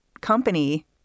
company